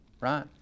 right